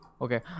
okay